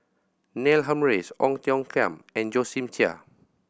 Neil Humphreys Ong Tiong Khiam and Josephine Chia